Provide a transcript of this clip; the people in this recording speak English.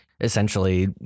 essentially